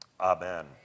Amen